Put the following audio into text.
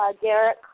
Derek